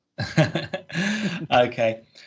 Okay